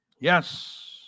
Yes